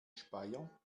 speyer